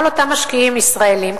כל אותם משקיעים ישראלים,